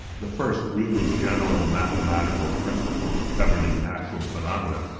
the first really general mathematical principles governing natural phenomena.